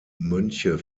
mönche